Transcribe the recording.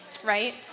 right